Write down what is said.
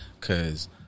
Cause